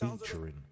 featuring